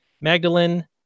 Magdalene